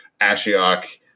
Ashiok